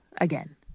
again